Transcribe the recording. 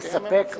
לספק מזון,